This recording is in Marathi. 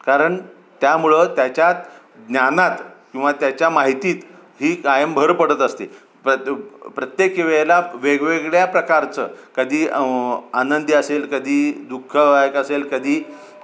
कारण त्यामुळं त्याच्यात ज्ञानात किंवा त्याच्या माहितीत ही कायम भर पडत असते प्रत्ये प्रत्येक वेळेला वेगवेगळ्या प्रकारचं कधी आनंदी असेल कधी दुःखदायक असेल कधी